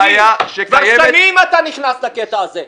כבר שנים אתה נכנס לקטע הזה.